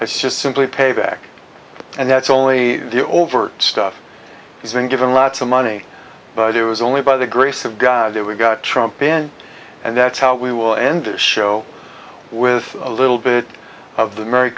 it's just simply payback and that's only the over stuff he's been given lots of money but it was only by the grace of god that we got trump in and that's how we will end this show with a little bit of the merry